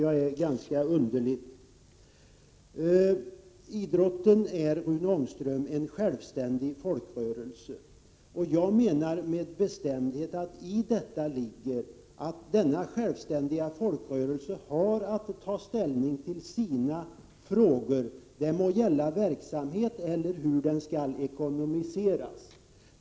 Detta tycker jag är underligt. Rune Ångström, idrotten är en självständig folkrörelse. Jag menar med bestämdhet att i detta ligger att en självständig folkrörelse har att ta ställning till sina egna frågor — det må gälla verksamheten eller hur den skall ekonomiseras.